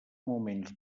moments